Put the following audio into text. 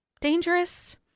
dangerous